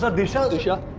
but disha. disha.